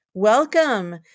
Welcome